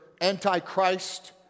anti-Christ